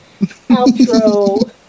outro